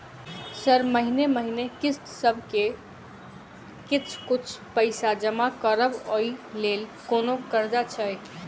Sir महीने महीने किस्तसभ मे किछ कुछ पैसा जमा करब ओई लेल कोनो कर्जा छैय?